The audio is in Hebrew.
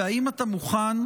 והאם אתה מוכן,